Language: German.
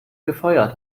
gefeuert